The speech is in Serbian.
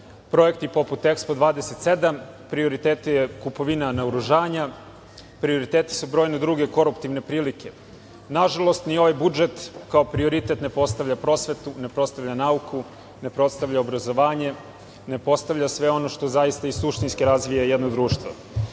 projekti poput EKSPO 27, prioritet je kupovina naoružanja, prioriteti su brojne druge koruptivne prilike. Nažalost, ni ovaj budžet kao prioritet ne postavlja prosvetu, ne postavlja nauku, ne postavlja obrazovanje, ne postavlja sve ono što zaista i suštinski razvija jedno društvo. Šta